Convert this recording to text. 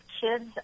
kids